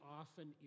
often